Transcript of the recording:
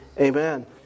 Amen